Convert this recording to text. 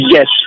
Yes